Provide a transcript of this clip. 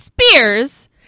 spears